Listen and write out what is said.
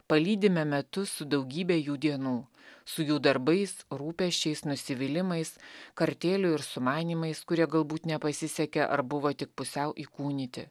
palydime metus su daugybe jų dienų su jų darbais rūpesčiais nusivylimais kartėliu ir sumanymais kurie galbūt nepasisekė ar buvo tik pusiau įkūnyti